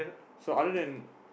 so other than